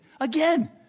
Again